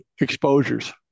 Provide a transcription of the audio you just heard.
exposures